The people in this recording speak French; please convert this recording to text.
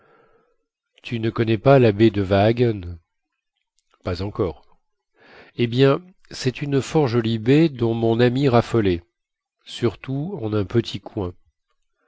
tu ne connais pas la baie de vaagen pas encore eh bien cest une fort jolie baie dont mon amie raffolait surtout en un petit coin